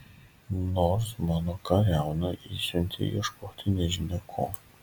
nors mano kariauną išsiuntei ieškoti nežinia ko